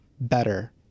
better